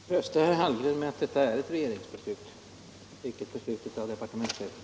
Herr talman! Jag kan trösta herr Hallgren med att detta är ett regeringsbeslut, icke ett beslut av departementschefen.